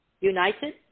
United